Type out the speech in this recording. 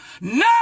no